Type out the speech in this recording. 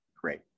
great